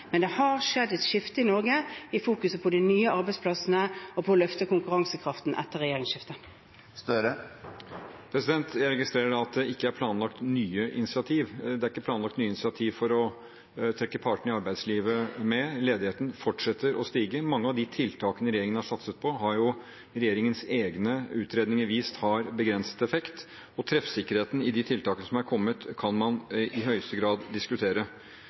Men det har skjedd et skifte i Norge etter regjeringsskiftet når det gjelder de nye arbeidsplassene og det å løfte konkurransekraften. Jeg registrerer at det ikke er planlagt nye initiativ. Det er ikke planlagt nye initiativ for å trekke partene i arbeidslivet med. Ledigheten fortsetter å stige. Mange av de tiltakene regjeringen har satset på, har jo regjeringens egne utredninger vist har begrenset effekt, og treffsikkerheten i de tiltakene som har kommet, kan man i høyeste grad diskutere.